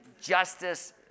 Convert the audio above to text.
justice